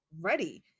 ready